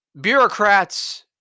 bureaucrats